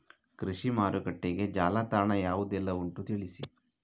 ಕೃಷಿ ಮಾರುಕಟ್ಟೆಗೆ ಜಾಲತಾಣ ಯಾವುದೆಲ್ಲ ಉಂಟು ತಿಳಿಸಿ